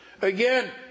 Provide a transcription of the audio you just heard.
Again